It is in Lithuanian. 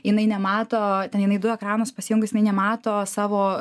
jinai nemato ten jinai du ekranus pasijungus jinai nemato savo